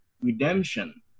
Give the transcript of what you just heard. redemption